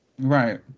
Right